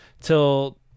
till